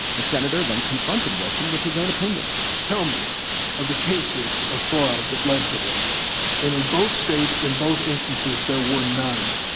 the senator then confronted wilson with his own opinions tell me of the cases of fraud that led to this and in both states. in both instances, there were none.